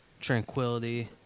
Tranquility